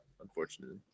Unfortunately